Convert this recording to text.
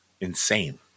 insane